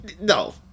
No